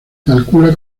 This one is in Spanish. calcula